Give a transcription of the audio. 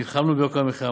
נלחמנו ביוקר המחיה.